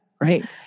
Right